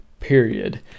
period